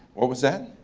what was that?